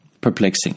perplexing